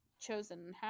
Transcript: chosen